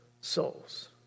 souls